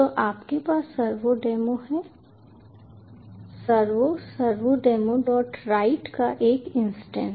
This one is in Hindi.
तो आपके पास सर्वोडेमो है सर्वो servodemowrite का एक इंस्टेंस